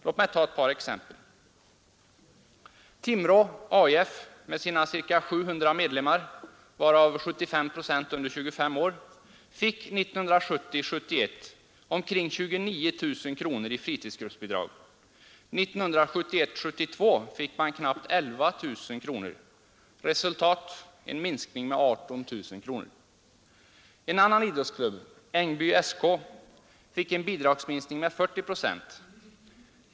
Låt mig ta några exempel: Timrå AIF med sina ca 700 medlemmar, varav 75 procent under 25 år, fick 1970 72 fick man knappt 11 000 kronor. Resultat: en minskning med 18 000 kronor. En annan idrottsklubb, Ängby SK, fick en bidragsminskning med 40 procent.